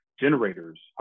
generators